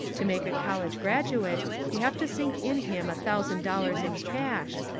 to make a college graduate you have to sink in him a thousand dollars in cash,